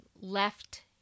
left